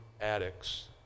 addicts